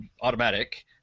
automatic